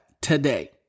today